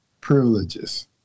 privileges